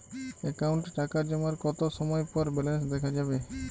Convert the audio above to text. অ্যাকাউন্টে টাকা জমার কতো সময় পর ব্যালেন্স দেখা যাবে?